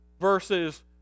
versus